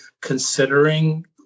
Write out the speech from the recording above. considering